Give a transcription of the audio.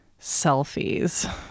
selfies